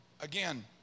again